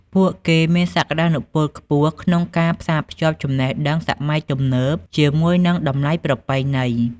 ពួកគេមានសក្ដានុពលខ្ពស់ក្នុងការផ្សារភ្ជាប់ចំណេះដឹងសម័យទំនើបជាមួយនឹងតម្លៃប្រពៃណី។